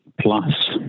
plus